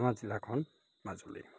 আমাৰ জিলাখন মাজুলী